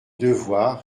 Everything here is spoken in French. devoir